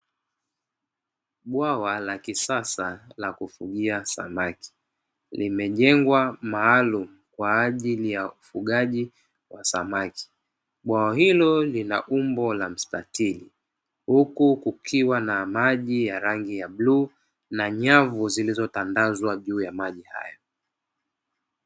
Bwawa la kisasa la kufugia samaki, limejengwa maalumu kwa ajili ya ufugaji wa samaki. Bwawa hilo lina umbo la mstatiri, huku kukiwa na maji ya rangi ya bluu na nyavu zilizotandazwa juu ya maji hayo.